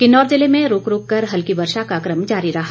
किन्नौर जिले में रूक रूक कर हल्की वर्षा का कम जारी रहा